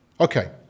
Okay